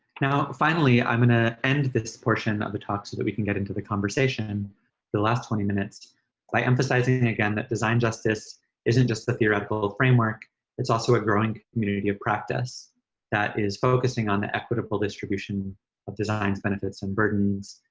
now, finally, i'm gonna end this portion of the talk so that we can get into the conversation the last twenty minutes by emphasizing again that design justice isn't just a theoretical framework it's also a growing community of practice that is focusing on the equitable distribution of designs benefits and burdens,